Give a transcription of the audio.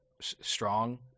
strong